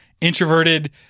introverted